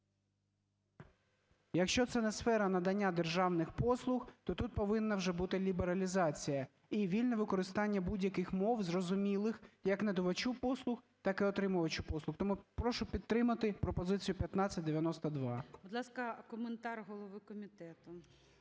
якщо це не сфера надання державних послуг, то тут повинна вже бути лібералізація і вільне використання будь-яких мов, зрозумілих як надавачу послуг, так і отримувачу послуг. Тому прошу підтримати пропозицію 1592. ГОЛОВУЮЧИЙ. Будь ласка, коментар голови комітету.